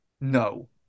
No